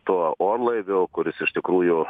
tuo orlaiviu kuris iš tikrųjų